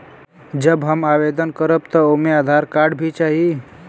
जब हम आवेदन करब त ओमे आधार कार्ड भी चाही?